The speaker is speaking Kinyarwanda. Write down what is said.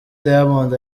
diamond